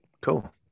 cool